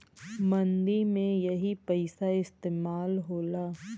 मंदी में यही पइसा इस्तेमाल होला